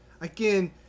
Again